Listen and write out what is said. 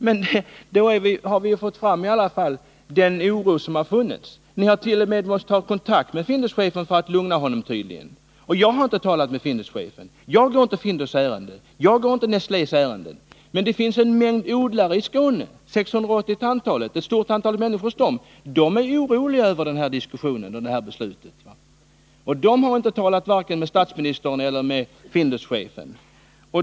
Men då har vi ju i alla fall fått fram den oro som funnits. Ni har tydligen t.o.m. måst ta kontakt med Finduschefen för att lugna honom. Jag har inte talat med Finduschefen. Jag går inte Findus eller Nestlés ärenden. Men det finns en mängd odlare i Skåne — 680 till antalet — och ett stort antal människor som ärbetar hos dem. De är oroliga över det här beslutet. och de har inte talat med vare sig statsministern eller Finduschefen.